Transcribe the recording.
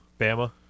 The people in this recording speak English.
Bama